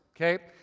Okay